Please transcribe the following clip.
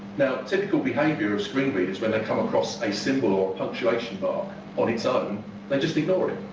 now typical behaviour of screen readers when they come across a symbol or a punctuation mark on it's own, they just ignore it.